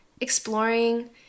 exploring